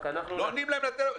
לא עונים להם לטלפון.